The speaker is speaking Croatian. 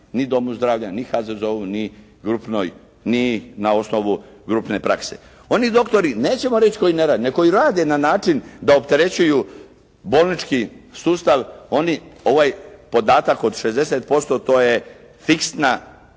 ni domu zdravlja, ni HZZO-u, ni grupnoj, ni na osnovu grupne prakse. Oni doktori nećemo reći koji ne rade, nego koji rade na način da opterećuju bolnički sustav. Oni ovaj podatak od 60% to je fiksna